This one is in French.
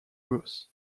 gauss